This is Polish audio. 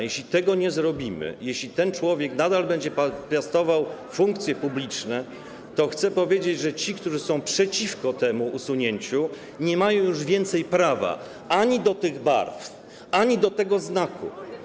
Jeśli tego nie zrobimy, jeśli ten człowiek nadal będzie piastował funkcje publiczne, to chcę powiedzieć, że ci, którzy są przeciwko temu usunięciu, nie mają już więcej prawa ani do tych barw, ani do tego znaku.